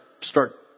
start